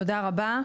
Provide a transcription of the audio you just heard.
תודה רבה.